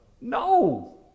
no